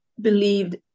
believed